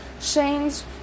Shane's